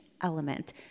element